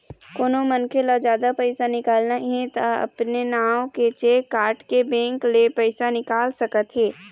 कोनो मनखे ल जादा पइसा निकालना हे त अपने नांव के चेक काटके बेंक ले पइसा निकाल सकत हे